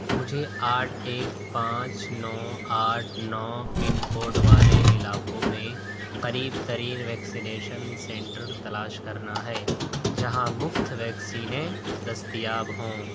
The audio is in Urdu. مجھے آٹھ ایک پانچ نو آٹھ نو پن کوڈ والے علاقوں میں قریب ترین ویکسینیشن سنٹر تلاش کرنا ہے جہاں مفت ویکسینیں دستیاب ہوں